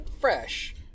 fresh